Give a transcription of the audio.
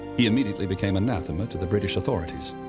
he immediately became anathema to the british authorities.